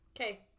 Okay